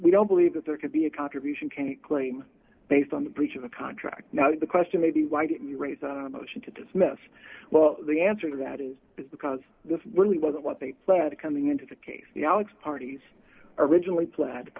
we don't believe that there can be a contribution can't claim based on the breach of the contract now the question may be why didn't you raise a motion to dismiss well the answer to that is because the really wasn't what they pled to coming into the case alex parties originally planned t